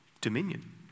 dominion